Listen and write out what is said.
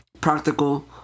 practical